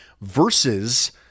versus